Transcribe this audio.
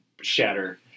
shatter